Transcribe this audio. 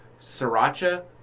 sriracha